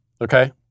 okay